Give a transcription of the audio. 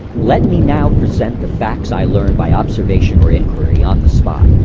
let me now present the facts i learned by observation or inquiry on the spot.